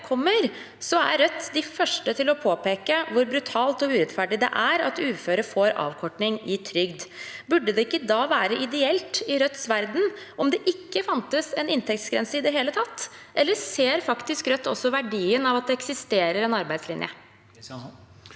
kommer, er Rødt de første til å påpeke hvor brutalt og urettferdig det er at uføre får avkorting i trygd. Burde det ikke da være ideelt i Rødts verden om det ikke fantes en inntektsgrense i det hele tatt, eller ser faktisk Rødt også verdien av at det eksisterer en arbeidslinje?